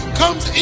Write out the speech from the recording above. comes